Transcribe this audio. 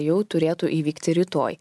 jau turėtų įvykti rytoj